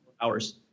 Hours